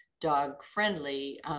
dog-friendly